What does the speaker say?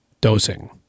Dosing